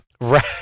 right